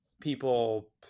people